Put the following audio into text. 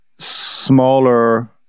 smaller